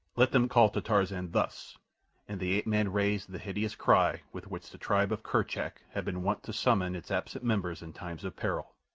let them call to tarzan thus and the ape-man raised the hideous cry with which the tribe of kerchak had been wont to summon its absent members in times of peril.